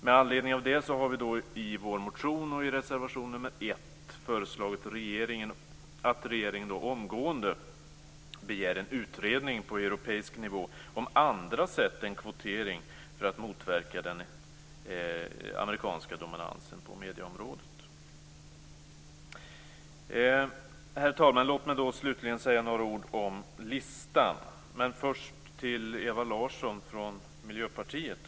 Med anledning härav föreslår vi i vår motion och i reservation 1 att regeringen omgående skall begära en utredning på europeisk nivå om andra sätt än kvotering för att motverka den amerikanska dominansen på medieområdet. Herr talman! Låt mig slutligen säga några ord om listan men först vill jag vända mig till Ewa Larsson från Miljöpartiet.